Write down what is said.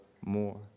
more